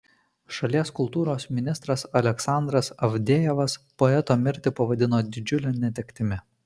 šalies kultūros ministras aleksandras avdejevas poeto mirtį pavadino didžiule netektimi